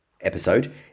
episode